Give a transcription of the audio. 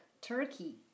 Turkey